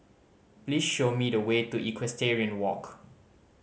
please show me the way to Equestrian Walk